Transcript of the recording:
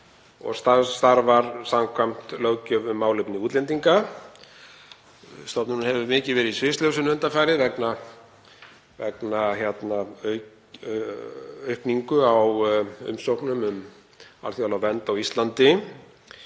og starfar samkvæmt löggjöf um málefni útlendinga. Stofnunin hefur mikið verið í sviðsljósinu undanfarið vegna aukningar á umsóknum um alþjóðlega vernd á Íslandi